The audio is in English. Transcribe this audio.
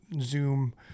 Zoom